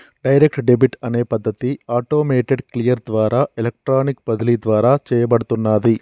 direct debit అనే పద్ధతి automated clear ద్వారా ఎలక్ట్రానిక్ బదిలీ ద్వారా చేయబడుతున్నాది